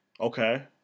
Okay